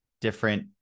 different